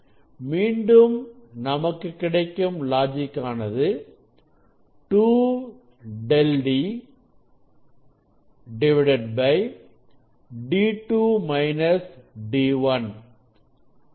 மீண்டும் நமக்கு கிடைக்கும் லாஜிக் ஆனது 2 ẟ D D2 - D1